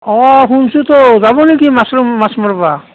অঁ শুনিছোঁতো যাব নেকি মাছুম মাছ মাৰিব